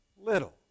little